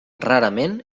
rarament